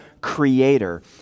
creator